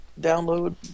download